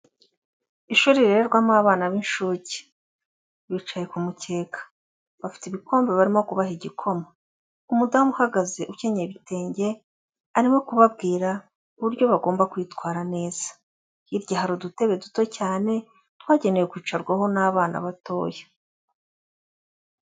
Ishuri rirererwamo abana b'inshuke, bicaye ku mukeka, bafite ibikombe barimo kubaha igikoma, umudamu uhagaze ukenyera ibitenge, arimo kubabwira uburyo bagomba kwitwara neza, hirya hari udutebe duto cyane twagenewe kwicarwaho n'abana batoya.